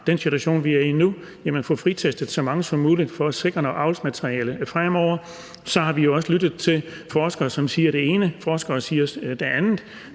den situation, vi er i nu, få fritestet så mange som muligt for at sikre noget avlsmateriale fremover. Vi har også lyttet til forskere, som siger det ene, og forskere, som siger det andet,